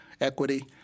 Equity